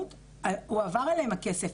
הועבר אליהם הכסף.